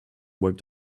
wipe